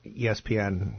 ESPN